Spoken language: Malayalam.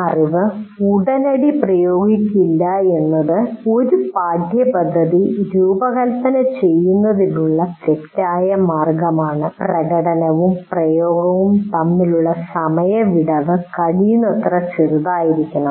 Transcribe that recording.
അറിവ് ഉടനടി പ്രയോഗിക്കില്ല എന്നത് ഒരു പാഠ്യപദ്ധതി രൂപകൽപ്പന ചെയ്യുന്നതിനുള്ള തെറ്റായ മാർഗ്ഗമാണിത് പ്രകടനവും പ്രയോഗവും തമ്മിലുള്ള സമയവിടവ് കഴിയുന്നത്ര ചെറുതായിരിക്കണം